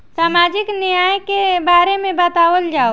सामाजिक न्याय के बारे में बतावल जाव?